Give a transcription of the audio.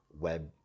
web